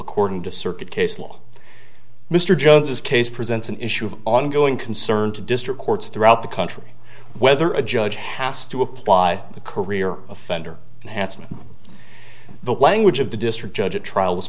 according to circuit case law mr jones this case presents an issue of ongoing concern to district courts throughout the country whether a judge has to apply the career offender and handsome the language of the district judge at trial